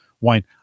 wine